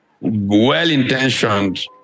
well-intentioned